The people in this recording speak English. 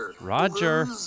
Roger